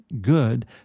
good